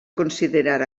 considerar